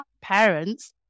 parents